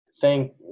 thank